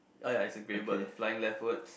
uh ya it's a grey bird flying leftwards